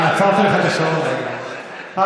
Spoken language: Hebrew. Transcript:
עצרתי לך את השעון, רגע, רגע.